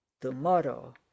Tomorrow